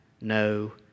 no